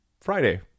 Friday